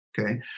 Okay